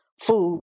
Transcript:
food